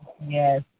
Yes